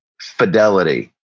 fidelity